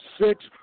six